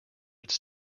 its